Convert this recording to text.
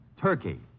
Turkey